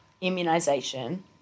immunization